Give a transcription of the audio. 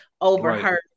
overheard